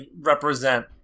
represent